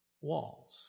walls